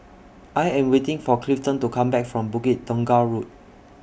I Am waiting For Clifton to Come Back from Bukit Tunggal Road